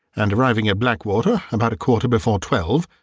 and, arriving at blackwater about a quarter before twelve,